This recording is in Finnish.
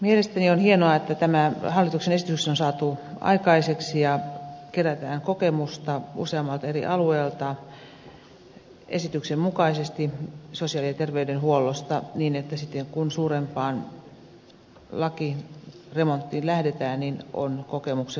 mielestäni on hienoa että tämä hallituksen esitys on saatu aikaiseksi ja kerätään esityksen mukaisesti kokemusta useammalta eri alueelta sosiaali ja terveydenhuollosta niin että sitten kun suurempaan lakiremonttiin lähdetään niin on kokemuksen tuomaa tietoa